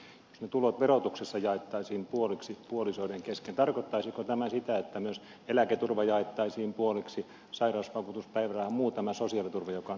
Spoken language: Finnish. jos ne tulot verotuksessa jaettaisiin puoliksi puolisoiden kesken tarkoittaisiko tämä sitä että myös eläketurva jaettaisiin puoliksi sairausvakuutuspäiväraha ja muu sosiaaliturva joka on ansiosidonnaista